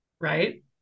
Right